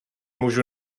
můžu